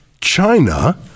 china